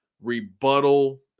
rebuttal